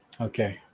Okay